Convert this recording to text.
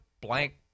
Blank